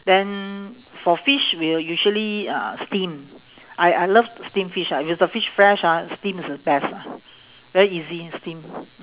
then for fish we will usually uh steam I I love steamed fish ah if the fish fresh ah steam is the best lah very easy steam